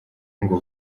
ngo